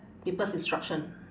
people's instruction